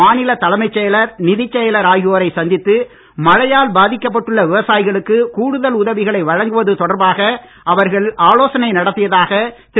மாநில தலைமைச் செயலர் நிதிச் செயலர் ஆகியோரை சந்தித்து மழையால் பாதிக்கப் பட்டுள்ள விவசாயிகளுக்கு கூடுதல் உதவிகளை வழங்குவது தொடர்பாக அவர்கள் ஆலோசனை நடத்தியதாக திரு